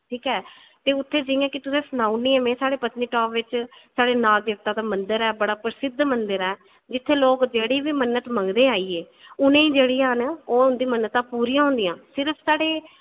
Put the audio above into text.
ठीक ऐ ते तुसेंगी जियांं सनाई ओड़नी आं में जियां साढ़े पत्नीटॉप च साढ़े नाग देवता दा मंदर ऐ बड़ा प्रसिद्ध मंदर ऐ ते जित्थें लोग जेह्ड़ी बी मन्नत मंगदे आइये उनेंगी जेह्ड़ियां ओह् मन्नतां पूरियां होंदियां सिर्फ साढ़े